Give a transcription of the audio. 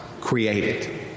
created